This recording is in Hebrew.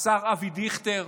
השר אבי דיכטר,